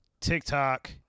tiktok